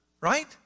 right